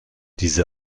diese